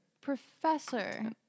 Professor